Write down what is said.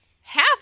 half